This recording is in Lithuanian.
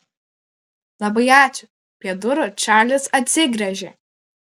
labai ačiū prie durų čarlis atsigręžė